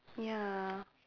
ya